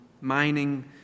mining